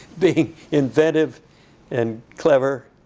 being inventive and clever.